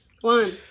One